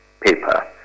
paper